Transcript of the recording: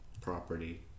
property